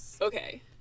Okay